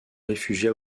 réfugia